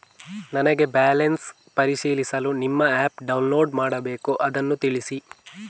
ನನಗೆ ಬ್ಯಾಲೆನ್ಸ್ ಪರಿಶೀಲಿಸಲು ನಿಮ್ಮ ಆ್ಯಪ್ ಡೌನ್ಲೋಡ್ ಮಾಡಬೇಕು ಅದನ್ನು ತಿಳಿಸಿ?